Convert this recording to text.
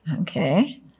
Okay